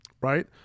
right